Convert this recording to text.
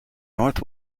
north